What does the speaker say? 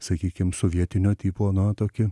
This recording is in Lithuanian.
sakykim sovietinio tipo na tokį